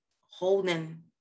holding